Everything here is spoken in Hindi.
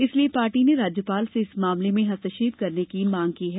इसलिये पार्टी ने राज्यपाल से इस मामले में हस्तक्षेप की मांग की है